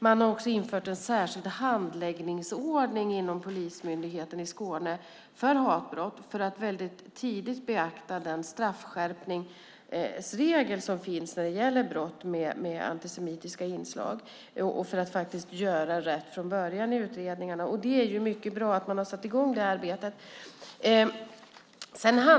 Man har också infört en särskild handläggningsordning inom Polismyndigheten i Skåne län för hatbrott för att tidigt beakta den straffskärpningsregel som finns för brott med antisemitiska inslag - detta för att göra rätt från början i utredningarna. Det är mycket bra att man har satt i gång detta arbete.